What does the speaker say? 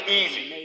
easy